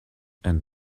and